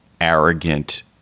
arrogant